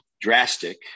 drastic